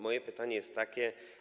Moje pytanie jest takie.